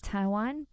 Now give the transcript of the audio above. Taiwan